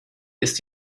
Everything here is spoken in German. ist